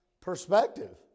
perspective